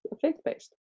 faith-based